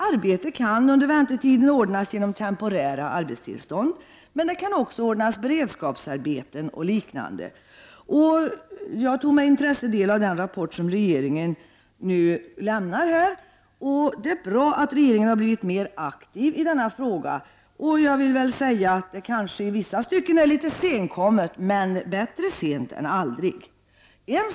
Arbete kan under väntetiden ordnas genom temporära arbetstillstånd, men det kan också ordnas beredskapsarbeten och liknande. Jag har med intresse tagit del av den rapport som regeringen har lämnat. Det är bra att regeringen har blivit mer aktiv i denna fråga. I vissa stycken är det kanske litet senkommet, men bättre sent än aldrig.